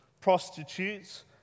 prostitutes